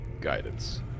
guidance